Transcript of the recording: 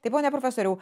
tai pone profesoriau